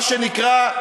מה שנקרא,